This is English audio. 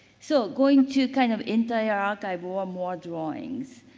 so, going to kind of entire archive or more drawings.